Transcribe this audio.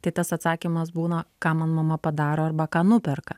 tai tas atsakymas būna ką man mama padaro arba ką nuperka